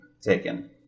taken